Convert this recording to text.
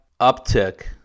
uptick